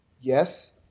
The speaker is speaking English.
Yes